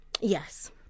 Yes